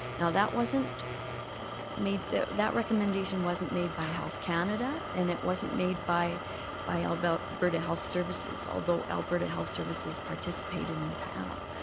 that wasn't made that recommendation wasn't made by health canada. and it wasn't made by by alberta alberta health services, although alberta health services participated in the panel.